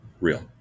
Real